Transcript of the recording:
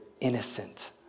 innocent